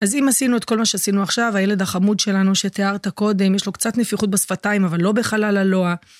אז אם עשינו את כל מה שעשינו עכשיו, הילד החמוד שלנו שתיארת קודם, יש לו קצת נפיחות בשפתיים, אבל לא בחלל הלוע.